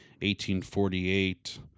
1848